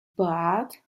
but